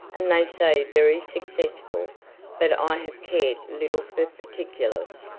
and they say very successful but i have cared little for particulars.